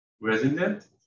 resident